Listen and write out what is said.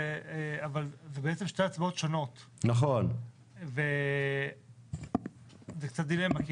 אבל זה בעצם שתי הצבעות שונות, זה קצת דילמה.